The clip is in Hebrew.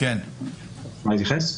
אתה רוצה להתייחס?